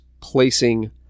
placing